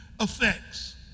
effects